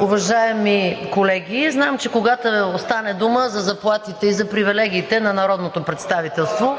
уважаеми колеги! Знам, че когато стане дума за заплатите и за привилегиите на народното представителство